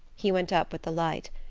he went up with the light,